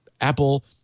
Apple